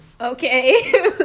Okay